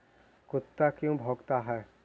कुत्ता क्यों भौंकता है?